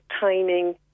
timing